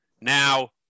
Now